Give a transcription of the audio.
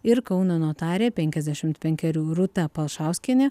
ir kauno notarė penkiasdešim penkerių rūta palšauskienė